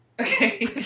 Okay